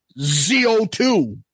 ZO2